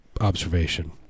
observation